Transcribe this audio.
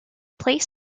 place